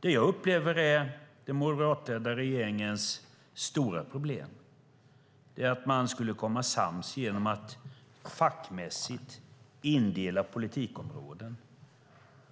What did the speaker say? Jag upplever den moderatledda regeringens stora problem, nämligen att man skulle bli sams genom att fackmässigt indela politikområden.